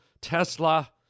tesla